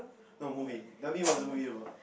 the movie tell me what was the movie about